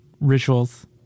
rituals